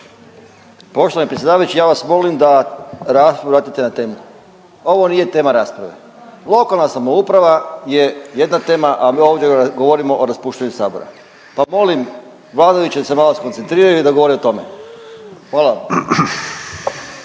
Poštovani predsjedavajući, ja vas molim da raspravu vratite na temu, ovo nije tema rasprave. Lokalna samouprava je jedna tema, a mi ovdje govorimo o raspuštanju sabora, pa molim vladajuće da se malo skoncentriraju i da govore o tome, hvala.